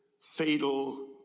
fatal